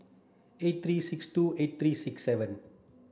eight three six two eight three six seven